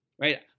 right